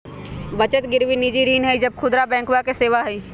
बचत गिरवी निजी ऋण ई सब खुदरा बैंकवा के सेवा हई